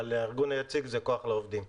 אבל הארגון היציג זה כח לעובדים.